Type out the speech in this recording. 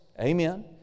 amen